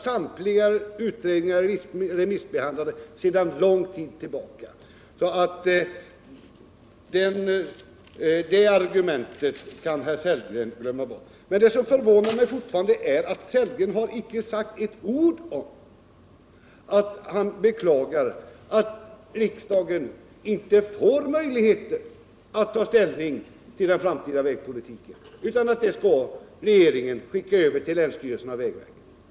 Samtliga utredningar är klara och remissbehandlade sedan lång tid tillbaka, så det argumentet kan herr Sellgren glömma bort. Det som fortfarande förvånar mig är att herr Sellgren inte med ett ord beklagat att riksdagen inte får möjligheter att ta ställning till den framtida vägpolitiken, utan att regeringen skall skicka över detta till länsstyrelserna och vägverket.